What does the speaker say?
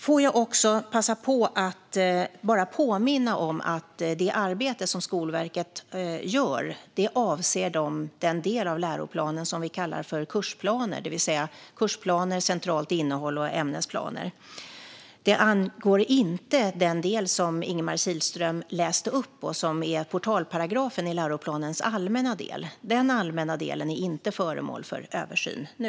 Får jag också passa på att påminna om att det arbete som Skolverket gör avser den del av läroplanen som vi kallar för kursplaner, det vill säga kursplaner, centralt innehåll och ämnesplaner. Det avser inte den del som Ingemar Kihlström läste upp och som är portalparagrafen i läroplanens allmänna del. Den allmänna delen är inte föremål för översyn nu.